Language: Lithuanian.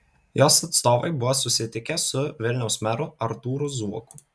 jos atstovai buvo susitikę su vilniaus meru artūru zuoku